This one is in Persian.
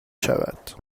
شود